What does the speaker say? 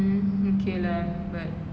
ya they planning to merge actually